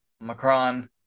Macron